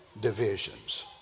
divisions